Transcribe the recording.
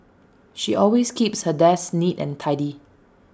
she always keeps her desk neat and tidy